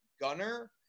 Gunner